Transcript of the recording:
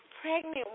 pregnant